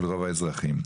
רוב האזרחים.